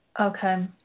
Okay